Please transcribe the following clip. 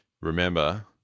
remember